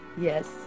Yes